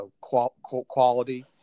quality